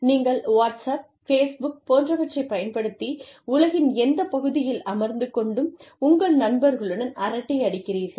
நீங்கள் WhatsApp Facebook போன்றவற்றைப் பயன்படுத்தி உலகின் எந்தப் பகுதியில் அமர்ந்துகொண்டும் உங்கள் நண்பர்களுடன் அரட்டையடிக்கிறீர்கள்